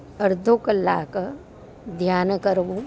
અડધો કલાક ધ્યાન કરવું